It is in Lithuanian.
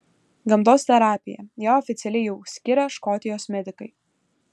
gamtos terapija ją oficialiai jau skiria škotijos medikai